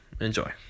enjoy